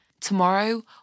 Tomorrow